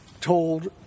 told